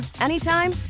anytime